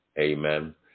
Amen